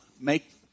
make